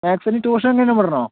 മാത്സിന് tuition എങ്ങാനും വിടണോ